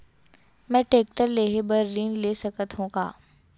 मैं टेकटर लेहे बर ऋण ले सकत हो का?